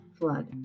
flood